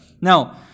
Now